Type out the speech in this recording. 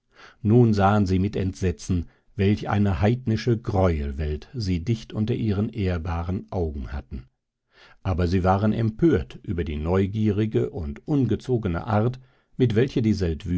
nun sahen sie mit entsetzen welch eine heidnische greuelwelt sie dicht unter ihren ehrbaren augen hatten aber sie waren empört über die neugierige und ungezogene art mit welcher